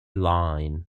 line